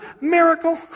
Miracle